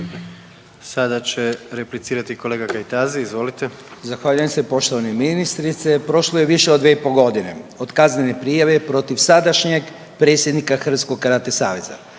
Sada će replicirati kolega Kajtazi, izvolite. **Kajtazi, Veljko (Nezavisni)** Zahvaljujem se poštovani ministrice. Prošlo je više od 2,5 godine od kaznene prijave protiv sadašnjeg predsjednika Hrvatskog karate saveza